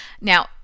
now